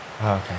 Okay